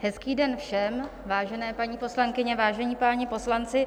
Hezký den všem, vážené paní poslankyně, vážení páni poslanci.